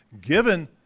given